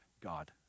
God